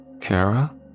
Kara